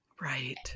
Right